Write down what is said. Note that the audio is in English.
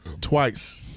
twice